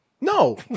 No